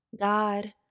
God